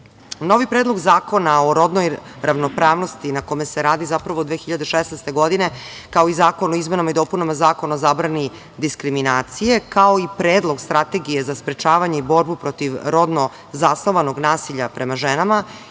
predlog zakona o rodnog ravnopravnosti na kome se radi zapravo od 2016. godine, kao i zakon o izmenama i dopunama Zakona o zabrani diskriminacije, kao i Predlog strategije za sprečavanje i borbu protiv rodno zasnovanog nasilja prema ženama